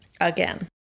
Again